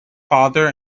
father